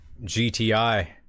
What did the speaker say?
GTI